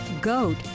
goat